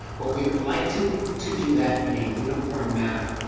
but we would like to to do that in a uniform manner.